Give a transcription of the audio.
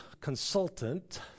consultant